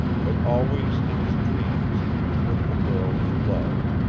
but always in his dreams he was with the girl he loved,